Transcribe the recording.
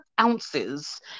ounces